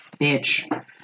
bitch